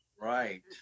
right